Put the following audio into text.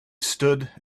stood